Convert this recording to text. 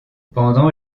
pendant